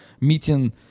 meeting